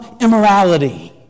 Immorality